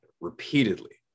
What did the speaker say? repeatedly